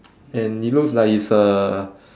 and he looks like he's uh